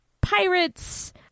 pirates